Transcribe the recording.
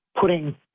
putting